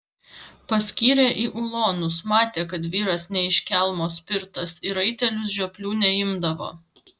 paskyrė į ulonus matė kad vyras ne iš kelmo spirtas į raitelius žioplių neimdavo